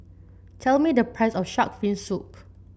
tell me the price of shark fin soup